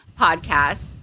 podcast